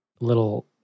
little